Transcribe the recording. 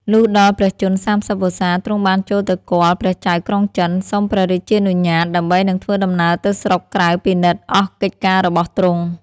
លុះដល់ព្រះជន្ម ៣០ វស្សា ទ្រង់បានចូលទៅគាល់ព្រះចៅក្រុងចិន សុំព្រះរាជានុញ្ញាត ដើម្បីនឹងធ្វើដំណើរទៅស្រុកក្រៅពិនិត្យអស់កិច្ចការរបស់ទ្រង់ ។